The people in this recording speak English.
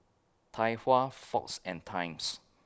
Tai Hua Fox and Times